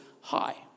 high